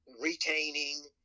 retaining